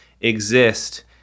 exist